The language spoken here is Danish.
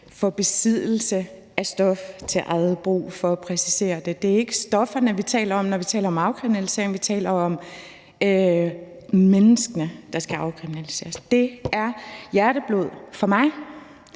for besiddelse af stof til eget brug, for at præcisere det. Det er ikke stofferne, vi taler om, når vi taler om afkriminalisering, men vi taler om, at det er menneskene, der skal afkriminaliseres. Det er hjerteblod for mig,